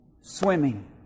swimming